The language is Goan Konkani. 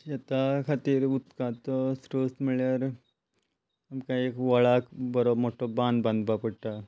शेता खातीर उदकाचो सोत म्हळ्यार आमकां एक व्हळाक बरो मोठो बांद बांदपाक पडटा